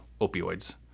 opioids